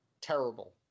terrible